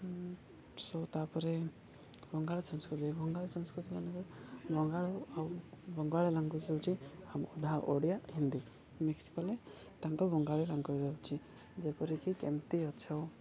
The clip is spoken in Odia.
ସୋ ତା'ପରେ ବଙ୍ଗାଳ ସଂସ୍କୃତି ବଙ୍ଗାଳ ସଂସ୍କୃତି ମାନ ବଙ୍ଗାଳ ଆଉ ବଙ୍ଗାଳ ଲାଙ୍ଗୁଏଜ୍ ହେଉଛି ଆମା ଅଧା ଓଡ଼ିଆ ହିନ୍ଦୀ ମିକ୍ସ କଲେ ତାଙ୍କ ବଙ୍ଗାଳ ଲାଙ୍ଗୁଏଜ୍ ହେଉଛି ଯେପରିକି କେମିତି ଅଛ